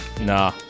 Nah